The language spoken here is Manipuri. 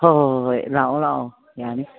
ꯍꯣꯏ ꯍꯣꯏ ꯍꯣꯏ ꯍꯣꯏ ꯂꯥꯛꯑꯣ ꯂꯥꯛꯑꯣ ꯌꯥꯅꯤ